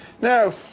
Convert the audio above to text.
Now